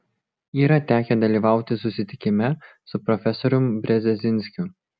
yra tekę dalyvauti susitikime su profesorium brzezinskiu